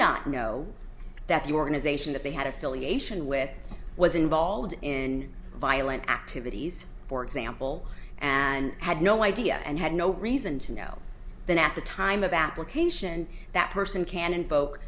not know that you organization that they had affiliation with it was involved in violent activities for example and had no idea and had no reason to know then at the time of application that person can invoke